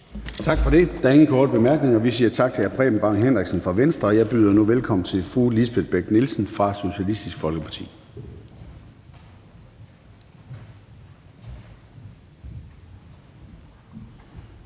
Tak for det. Der er ingen korte bemærkninger. Vi siger tak til hr. Preben Bang Henriksen fra Venstre, og jeg byder nu velkommen til fru Lisbeth Bech-Nielsen fra Socialistisk Folkeparti.